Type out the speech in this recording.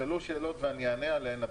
נשאלו שאלות ואני אענה עליהן.